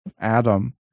Adam